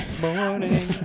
morning